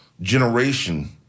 generation